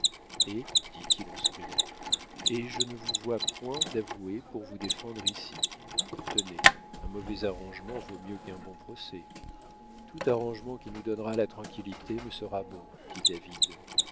et dit-il en souriant et je ne vous vois point d'avoué pour vous défendre ici tenez un mauvais arrangement vaut mieux qu'un bon procès tout arrangement qui nous donnera la tranquillité me sera bon dit david